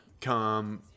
come